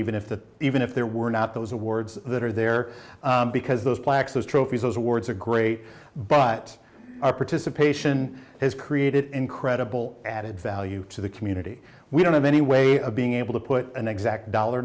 even if the even if there were not those awards that are there because those plaques those trophies those awards are great but our participation has created incredible added value to the community we don't have any way of being able to put an exact dollar